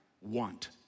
want